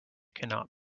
cannot